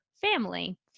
family